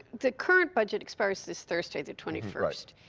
the current budget expires this thursday, the the twenty first.